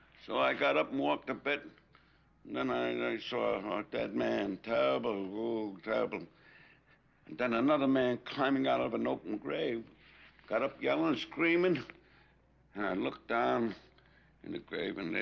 so i got up and walked a bit then i saw her not that man. terrible ohh terrible and then another man climbing out of an open grave got up yelling screaming and i looked down in the grave in there.